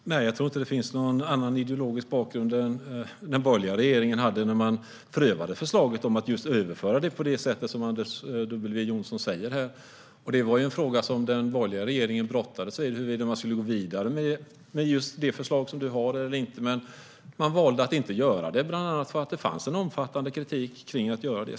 Fru talman! Jag tror inte att det finns någon annan ideologisk bakgrund än vad den borgerliga regeringen hade när den prövade förslaget om att överföra detta på det sätt som Anders W Jonsson här anför. Den borgerliga regeringen brottades med frågan om huruvida den skulle gå vidare med det förslag som Anders W Jonsson har. Man valde dock att inte göra det, bland annat då det fanns en omfattande kritik mot det hela.